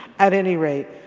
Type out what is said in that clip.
at any rate,